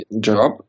job